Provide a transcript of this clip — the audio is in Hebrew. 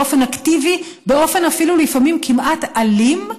באופן אקטיבי, באופן אפילו כמעט אלים לפעמים,